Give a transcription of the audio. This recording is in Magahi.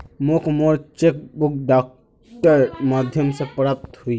मोक मोर चेक बुक डाकेर माध्यम से प्राप्त होइए